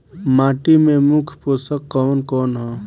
माटी में मुख्य पोषक कवन कवन ह?